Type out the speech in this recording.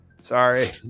Sorry